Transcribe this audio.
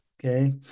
Okay